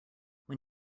when